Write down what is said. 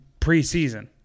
preseason